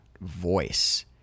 voice